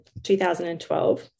2012